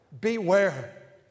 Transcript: Beware